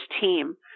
team